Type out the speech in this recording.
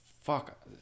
fuck